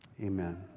amen